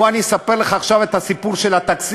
בוא אני אספר לך עכשיו את הסיפור של התקציב,